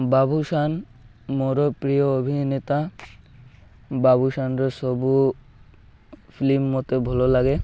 ବାବୁଶାନ ମୋର ପ୍ରିୟ ଅଭିନେତା ବାବୁଶାନର ସବୁ ଫିଲିମ୍ ମୋତେ ଭଲ ଲାଗେ